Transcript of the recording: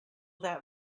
that